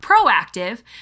proactive